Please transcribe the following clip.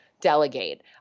delegate